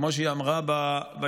כמו שהיא אמרה בעיתון,